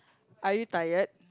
are you tired